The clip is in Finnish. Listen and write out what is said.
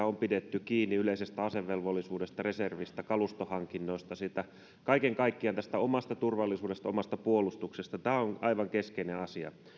on pidetty kiinni näistä perusprinsiipeistä yleisestä asevelvollisuudesta reservistä kalustohankinnoista kaiken kaikkiaan tästä omasta turvallisuudesta omasta puolustuksesta tämä on aivan keskeinen asia